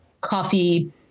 coffee